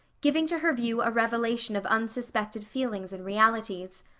giving to her view a revelation of unsuspected feelings and realities.